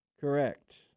correct